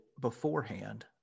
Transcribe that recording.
beforehand